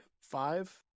five